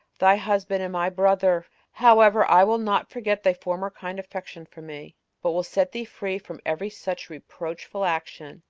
thy husband and my brother. however, i will not forget thy former kind affection for me, but will set thee free from every such reproachful action,